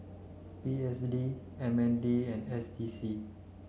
P S D M N D and S T C